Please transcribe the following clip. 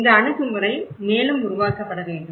இந்த அணுகுமுறை மேலும் உருவாக்கப்பட வேண்டும்